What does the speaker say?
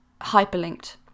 hyperlinked